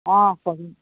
অঁ